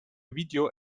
video